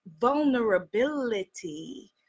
vulnerability